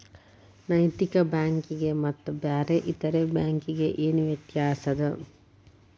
ನೈತಿಕ ಬ್ಯಾಂಕಿಗೆ ಮತ್ತ ಬ್ಯಾರೆ ಇತರೆ ಬ್ಯಾಂಕಿಗೆ ಏನ್ ವ್ಯತ್ಯಾಸದ?